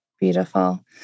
beautiful